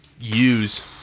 use